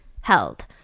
held